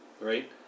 Right